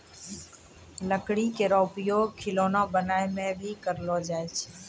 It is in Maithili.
लकड़ी केरो उपयोग खिलौना बनाय म भी करलो जाय छै